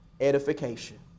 Edification